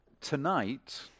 tonight